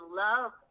love